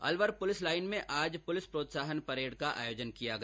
Alwar police line में आज police प्रोत्साहन परेड का आयोजन किया गया